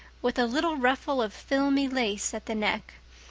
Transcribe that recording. with a little ruffle of filmy lace at the neck.